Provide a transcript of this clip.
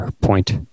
point